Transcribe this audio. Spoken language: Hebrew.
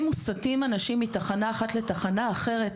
מוסטים אנשים מתחנה אחת לתחנה אחרת,